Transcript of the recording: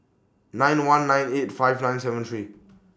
nine one nine eight five nine seven three